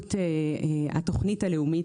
השתלשלות התוכנית הלאומית,